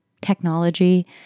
technology